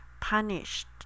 punished